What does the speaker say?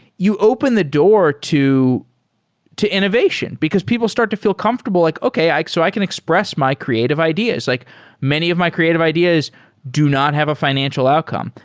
you open the door to innovation, innovation, because people start to feel comfortable like, okay. i so i can express my creative ideas. like many of my creative ideas do not have a financial outcome.